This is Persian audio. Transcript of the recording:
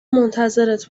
منتظرت